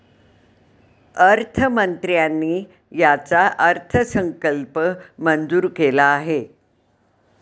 अर्थमंत्र्यांनी याचा अर्थसंकल्प मंजूर केला आहे